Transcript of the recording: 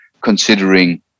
considering